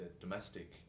domestic